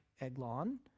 Eglon